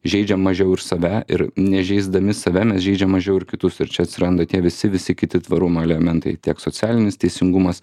žeidžia mažiau ir save ir neįžeisdami save mes žeidžiam mažiau ir kitus ir čia atsiranda tie visi visi kiti tvarumo elementai tiek socialinis teisingumas